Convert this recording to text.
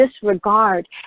disregard